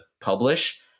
publish